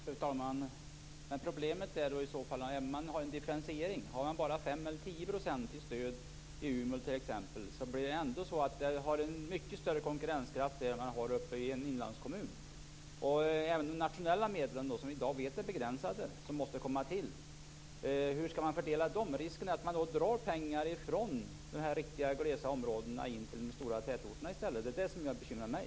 Fru talman! Men problemet är i så fall att även med en differentiering, t.ex. om Umeå bara har 5 % eller 10 % i stöd, blir det ändå en mycket större konkurrenskraft vid kusten än vad man har i en inlandskommun. Och hur skall man fördela de nationella medel som måste komma till och som vi vet är begränsade? Risken är att man då drar pengar från de riktigt glesbefolkade områdena till de stora tätorterna. Det är det som bekymrar mig.